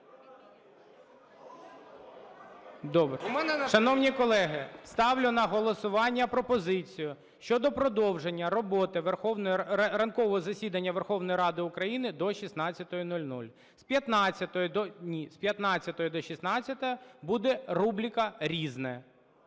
Вибачте. Шановні колеги, ставлю на голосування пропозицію щодо продовження роботи ранкового засідання Верховної Ради України до 16:00, з 15-ї до 16-ї буде рубрика "Різне",